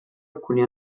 alcuni